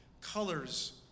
colors